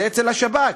זה אצל השב"כ,